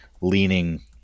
leaning